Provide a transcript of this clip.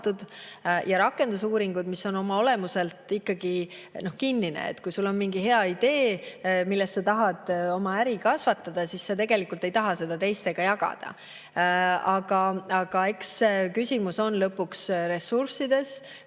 rakendusuuringud, mis on oma olemuselt ikkagi kinnised. Kui sul on mingi hea idee, millest lähtudes sa tahad oma äri kasvatada, siis sa tegelikult ei taha seda teistega jagada. Aga eks küsimus on lõpuks ressurssides,